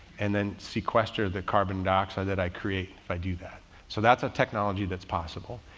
and then see questioner, the carbon dioxide that i create if i do that. so that's a technology that's possible.